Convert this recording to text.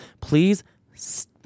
Please